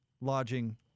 lodging